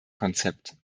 konzept